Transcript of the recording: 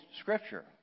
Scripture